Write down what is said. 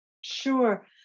Sure